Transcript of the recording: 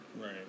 Right